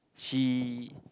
he